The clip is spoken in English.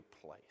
place